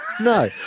No